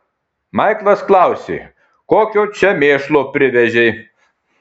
maiklas klausė kokio čia mėšlo privežei